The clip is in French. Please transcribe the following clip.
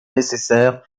nécessaire